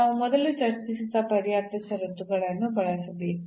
ನಾವು ಮೊದಲು ಚರ್ಚಿಸಿದ ಪರ್ಯಾಪ್ತ ಷರತ್ತುಗಳನ್ನು ಬಳಸಬೇಕು